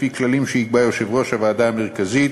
לפי כללים שיקבע יושב-ראש הוועדה המרכזית,